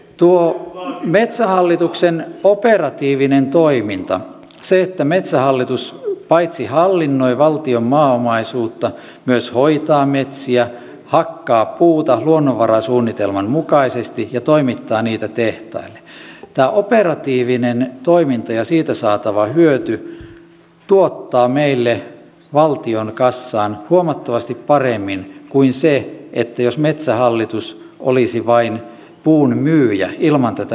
tuo metsähallituksen operatiivinen toiminta se että metsähallitus paitsi hallinnoi valtion maaomaisuutta myös hoitaa metsiä hakkaa puuta luonnonvarasuunnitelman mukaisesti ja toimittaa niitä tehtaille ja siitä saatava hyöty tuottaa meille valtion kassaan huomattavasti paremmin kuin se jos metsähallitus olisi vain puun myyjä ilman tätä operationaalista toimintaa